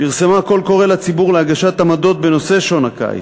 היא פרסמה קול קורא לציבור להגשת עמדות בנושא שעון הקיץ,